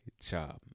job